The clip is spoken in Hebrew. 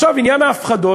עכשיו עניין ההפחדות,